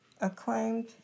acclaimed